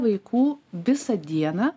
vaikų visą dieną